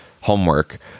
homework